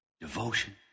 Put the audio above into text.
devotion